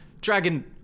Dragon